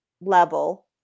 level